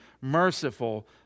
merciful